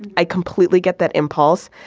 i completely get that impulse.